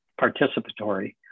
participatory